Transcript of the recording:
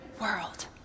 world